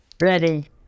Ready